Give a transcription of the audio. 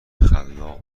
خلاق